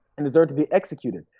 and deserve to be executed.